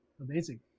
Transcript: amazing